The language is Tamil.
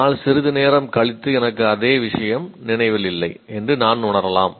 ஆனால் சிறிது நேரம் கழித்து எனக்கு அதே விஷயம் நினைவில் இல்லை என்று நான் உணரலாம்